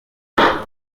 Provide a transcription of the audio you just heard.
kugeza